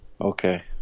Okay